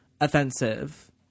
offensive